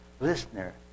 listener